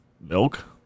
milk